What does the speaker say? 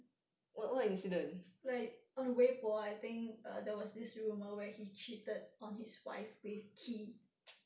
like on 微博 I think err there was this rumour where he cheated on his wife with kee